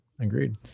Agreed